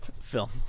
film